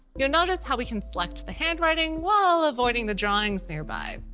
you'll notice how we can select the handwriting while avoiding the drawings nearby.